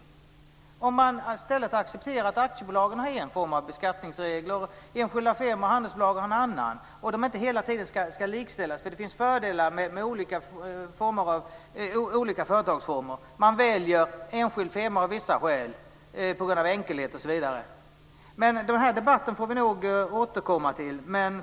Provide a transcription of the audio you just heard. Det vore bra om man i stället kunde acceptera att aktiebolagen har en form av beskattningsregler, enskilda firmor och handelsbolag en annan och att de inte hela tiden ska likställas. Det finns fördelar med olika företagsformer. Man väljer enskild firma av vissa skäl, på grund av enkelhet osv. Den här debatten får vi nog återkomma till.